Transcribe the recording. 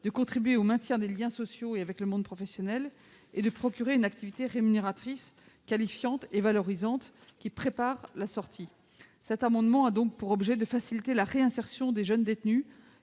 de contribuer au maintien des liens sociaux et des relations avec le monde professionnel et de procurer une activité rémunératrice, qualifiante et valorisante qui prépare la sortie. Cet amendement vise donc à faciliter la réinsertion des jeunes détenus,